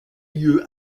lieu